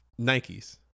Nikes